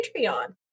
Patreon